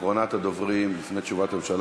אחרונת הדוברים לפני תשובת הממשלה,